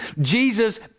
Jesus